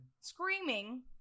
screaming